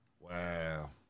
Wow